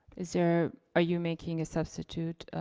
is there, are you making a substitute